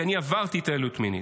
כי אני עברתי התעללות מינית.